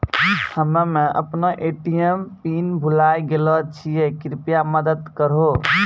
हम्मे अपनो ATM pin भुलाय गेलो छियै, कृपया मदत करहो